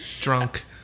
Drunk